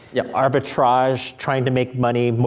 yep. arbitrage, trying to make money,